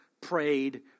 prayed